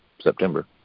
September